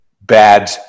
bad